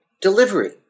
Delivery